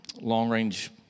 long-range